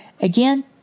Again